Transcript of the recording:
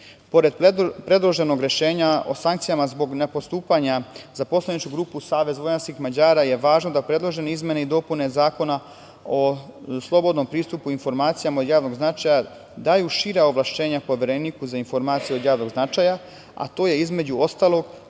predloženog rešenja o sankcijama zbog ne postupanja, za poslaničku grupu SVM je važno da predložene izmene i dopune Zakona o slobodnom pristupu informacijama od javnog značaja daju šira ovlašćenja Povereniku za informacije od javnog značaja, a to je između ostalog